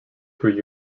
through